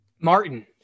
martin